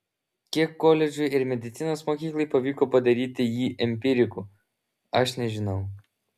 kiek koledžui ir medicinos mokyklai pavyko padaryti jį empiriku aš nežinau